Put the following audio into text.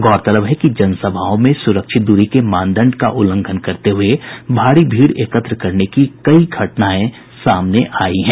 गौरतलब है कि जनसभाओं में सुरक्षित दूरी के मानदंड का उल्लंघन करते हुए भारी भीड़ एकत्र करने की कई घटनाएं सामने आयी हैं